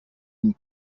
une